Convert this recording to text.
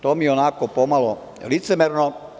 To mi je onako pomalo licemerno.